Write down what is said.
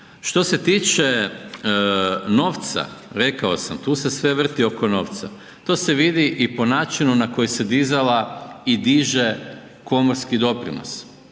Što se tiče novca, rekao sam, tu se sve vrti oko novca. To se vidi i po načinu na koji se dizala i diže komorski doprinos,